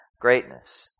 greatness